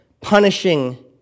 punishing